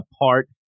apart